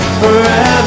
forever